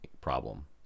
problem